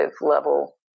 level